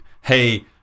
Hey